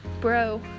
Bro